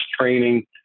training